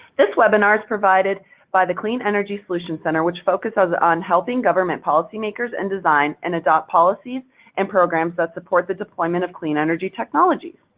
this webinar is provided by the clean energy solutions center, which focuses on helping government policymakers and design and adopt policies and programs that support the deployment of clean energy technologies.